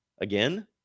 again